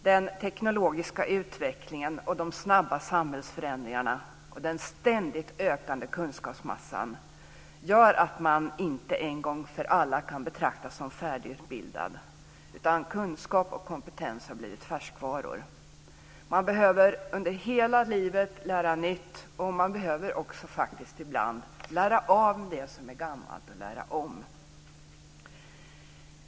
Den teknologiska utvecklingen, de snabba samhällsförändringarna och den ständigt ökande kunskapsmassan gör att man inte en gång för alla kan betraktas som färdigutbildad, utan kunskap och kompetens har blivit färskvaror. Man behöver under hela livet lära nytt, och man behöver ibland faktiskt också lära om det som är gammalt.